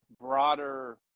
broader